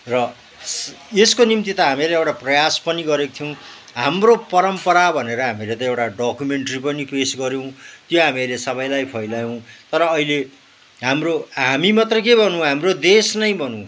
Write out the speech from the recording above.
र यसको निम्ति त हामीले एउटा प्रयास पनि गरेको थ्यौँ हाम्रो परम्परा भनेर हामीले त एउटा डकुमेन्ट्री पनि पेस गऱ्यौँ त्यो हामीले सबैलाई फैलायौँ तर अहिले हाम्रो हामी मात्रै के गर्नु हाम्रो देश नै भनौँ